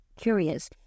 curious